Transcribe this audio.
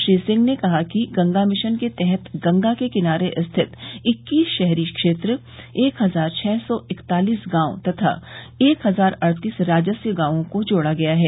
श्री सिंह ने कहा कि गंगा मिशन के तहत गंगा के किनारे स्थित इक्कीस शहरी क्षेत्र एक हज़ार छह सौ इक्तालीस गांव तथा एक हज़ार अड़तीस राजस्व गांवों को जोड़ा गया है